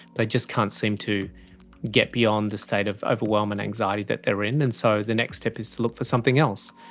they just can't seem to get beyond the state of overwhelm and anxiety that they are in, and so the next step is to look for something else,